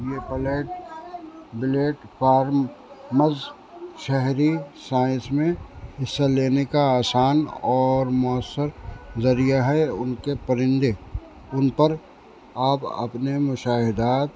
یہ platforms شہری science میں حصہ لینے کا آسان اور مؤثر ذریعہ ہے ان کے پرندے ان پر آپ اپنے مشاہدات